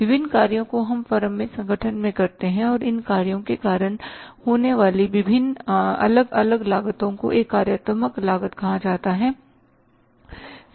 विभिन्न कार्यों को हम फर्म में संगठन में करते हैं और इन कार्यों के कारण होने वाली अलग अलग लागतों को एक कार्यात्मक लागत कहा जाता है